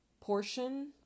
Portion